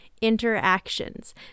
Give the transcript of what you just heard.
interactions